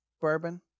bourbon